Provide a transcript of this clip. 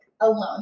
alone